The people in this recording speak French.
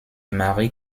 marie